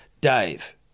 Dave